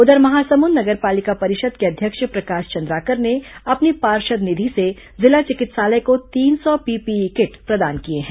उधर महासमुंद नगर पालिका परिषद के अध्यक्ष प्रकाश चंद्राकर ने अपनी पार्षद निधि से जिला चिकित्सालय को तीन सौ पीपीई किट प्रदान किए हैं